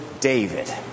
David